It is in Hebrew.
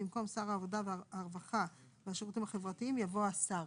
במקום "שר העבודה הרווחה והשירותים החברתיים" יבוא "השר".